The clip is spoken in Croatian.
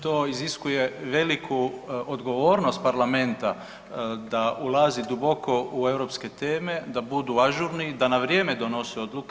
To iziskuje veliku odgovornost Parlamenta da ulazi duboko u europske teme, da budu ažurni, da na vrijeme donose odluke.